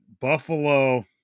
Buffalo